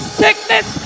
sickness